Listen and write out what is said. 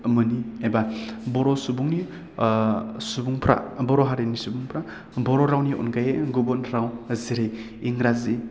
मोनि एबा बर' सुबुंनि सुबुंफ्रा बर' हारिनि सुबुंफ्रा बर' रावनि अनगायै गुबुन राव जेरै इंराजी